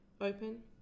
Open